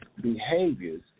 behaviors